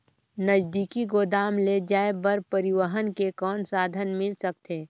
नजदीकी गोदाम ले जाय बर परिवहन के कौन साधन मिल सकथे?